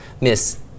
Miss